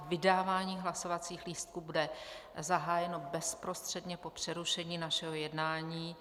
Vydávání hlasovacích lístků bude zahájeno bezprostředně po přerušení našeho jednání.